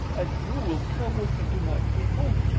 and you will come with me to my people?